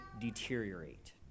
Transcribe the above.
deteriorate